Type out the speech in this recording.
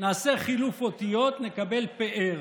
נעשה חילוף אותיות, נקבל פאר,